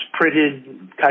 printed